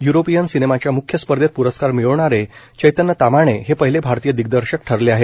European सिनेमाच्या म्ख्य स्पर्धेत प्रस्कार मिळवणारे चैतन्य ताम्हाणे हे पहिले भारतीय दिग्दर्शक ठरले आहेत